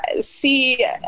see